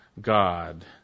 God